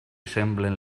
semblen